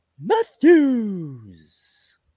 Matthews